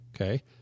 okay